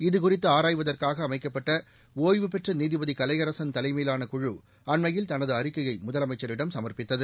இதுகுறித்து ஆராய்வதற்காக அமைக்கப்பட்ட ஒய்வுபெற்ற நீதிபதி கலையரசன் தலைமையிலான குழு அண்மையில் தனது அறிக்கையை முதலமைச்சரிடம் சம்ப்பித்தது